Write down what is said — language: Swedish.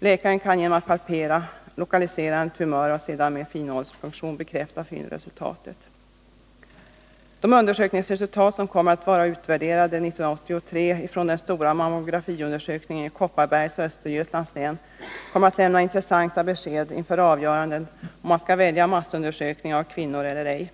Läkaren kan genom att palpera lokalisera en tumör och sedan med finnålspunktion bekräfta fyndresultatet. De undersökningsresultat som kommer att vara utvärderade 1983 från de stora mammografiförsöken i Kopparbergs och Östergötlands län kommer att lämna intressanta besked inför avgörandet om man skall välja massundersökning av kvinnor eller ej.